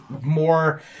more